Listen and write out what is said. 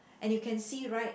and you can see right